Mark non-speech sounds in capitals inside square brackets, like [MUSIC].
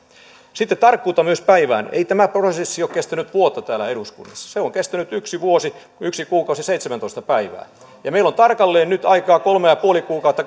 sitten tarkkuutta myös päivään ei tämä prosessi ole kestänyt vuotta täällä eduskunnassa sen kesto on ollut yksi vuosi yksi kuukausi ja seitsemäntoista päivää ja meillä on tarkalleen nyt aikaa kolme ja puoli kuukautta [UNINTELLIGIBLE]